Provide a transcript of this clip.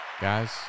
Guys